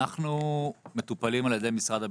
אנחנו מטופלים על ידי משרד הביטחון.